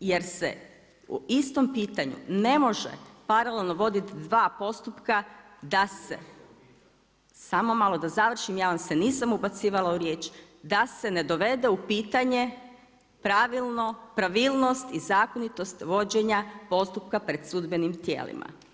jer se u istom pitanju ne može paralelno voditi 2 postupka, da se, samo malo da završim, ja vam se nisam ubacivala u riječ, da se ne dovede u pitanje pravilnost i zakonitost vođenja postupka pred sudbenim tijelima.